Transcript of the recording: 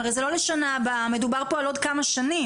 הרי זה לא לשנה הבאה, מדובר פה על עוד כמה שנים.